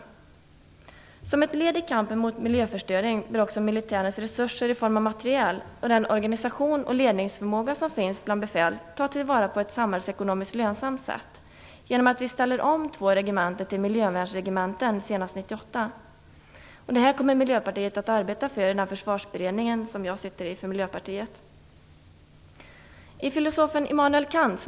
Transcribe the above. Som ett led i kampen mot miljöförstöring bör också militärens resurser i form av materiel och den organisations och ledningsförmåga som finns bland befäl tas till vara på ett samhällsekonomiskt lönsamt sätt, genom att vi ställer om två regementen till miljövärnsregementen senast 1998. Detta kommer Miljöpartiet att arbeta för i Försvarsberedningen, som jag sitter med i för Miljöpartiet.